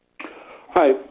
Hi